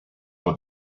for